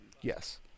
yes